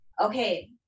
okay